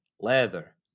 Leather